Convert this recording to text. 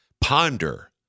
ponder